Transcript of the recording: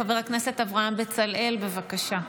חבר הכנסת אברהם בצלאל, בבקשה.